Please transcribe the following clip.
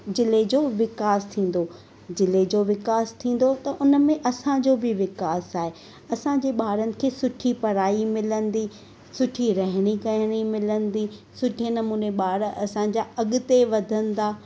जिले जो विकास थींदो जिले जो विकास थींदो त उन में असांजो बि विकास आहे असांजे ॿारनि खे सुठी पढ़ाई मिलंदी सुठी रहनी कहनी मिलंदी सुठे नमूने ॿार असांजा अॻिते वधंदा